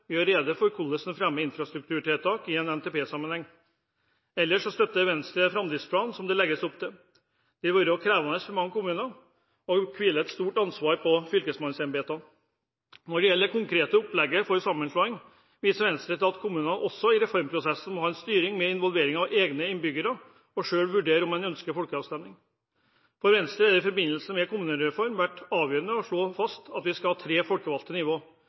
gjør rede for hvordan en fremmer infrastrukturtiltak i NTP-sammenheng. Ellers støtter Venstre framdriftsplanen som det legges opp til. Det vil være krevende for mange kommuner, og det hviler et stort ansvar på fylkesmannsembetene. Når det gjelder det konkrete opplegget for sammenslåing, viser Venstre til at kommunene også i reformprosessen må ha styring med involveringen av egne innbyggere og selv vurdere om en ønsker folkeavstemning. For Venstre har det i forbindelse med kommunereformen vært avgjørende å slå fast at vi skal ha tre folkevalgte nivå,